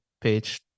page